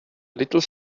little